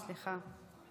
שלמה, סליחה.